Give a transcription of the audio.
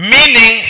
Meaning